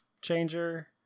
changer